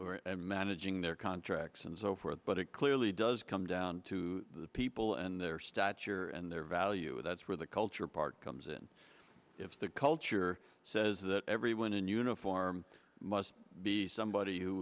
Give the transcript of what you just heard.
were managing their contracts and so forth but it clearly does come down to the people and their stature and their value and that's where the culture part comes in if the culture says that everyone in uniform must be somebody who